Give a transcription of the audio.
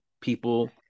people